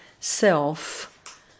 self